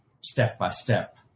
step-by-step